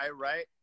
right